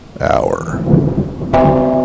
Hour